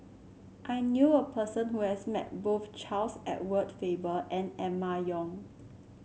I knew a person who has met both Charles Edward Faber and Emma Yong